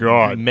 God